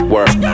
Work